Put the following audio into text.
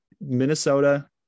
minnesota